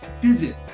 visit